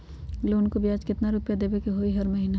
Loan के ब्याज कितना रुपैया देबे के होतइ हर महिना?